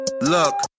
look